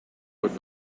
would